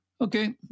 Okay